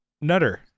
Nutter